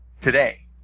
today